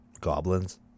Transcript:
Goblins